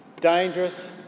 dangerous